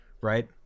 right